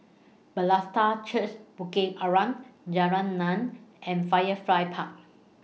Bethesda Church Bukit Arang Jalan Naung and Firefly Park